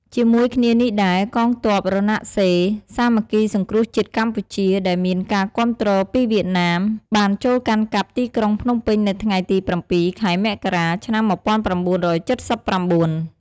ជាមួយគ្នានេះដែរកងទ័ពរណសិរ្សសាមគ្គីសង្គ្រោះជាតិកម្ពុជា ដែលមានការគាំទ្រពីវៀតណាម បានចូលកាន់កាប់ទីក្រុងភ្នំពេញនៅថ្ងៃទី៧ ខែមករា ឆ្នាំ១៩៧៩។